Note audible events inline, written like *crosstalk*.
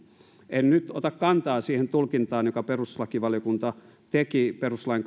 en nyt ota kantaa siihen tulkintaan jonka perustuslakivaliokunta teki perustuslain *unintelligible*